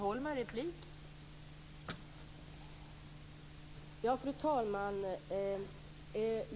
Fru talman!